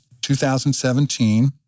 2017